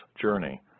journey